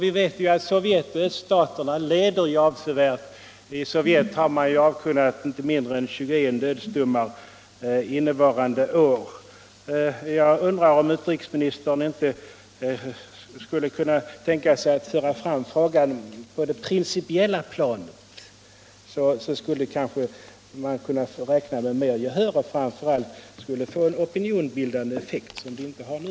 Vi vet ju att Sovjetunionen och öststaterna har en avsevärd ledning i detta avseende. I Sovjet har man avkunnat inte mindre än 21 dödsdomar innevarande år. Jag undrar om inte utrikesministern skulle kunna tänka sig att föra fram frågan på det principiella planet. Då skulle man kanske kunna räkna med att få större gehör för den, och framför allt skulle det ge en opinionsbildande effekt som vi inte har nu.